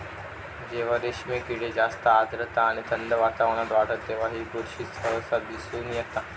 जेव्हा रेशीम किडे जास्त आर्द्रता आणि थंड वातावरणात वाढतत तेव्हा ही बुरशी सहसा दिसून येता